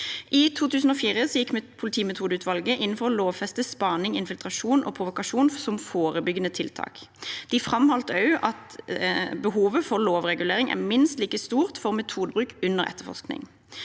I 2004 gikk politimetodeutvalget inn for å lovfeste spaning, infiltrasjon og provokasjon som forebyggende tiltak. De framholdt også at behovet for lovregulering er minst like stort for metodebruk under etterforskning.